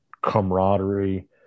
camaraderie